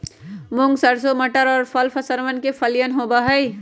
मूंग, सरसों, मटर और सब फसलवन के फलियन होबा हई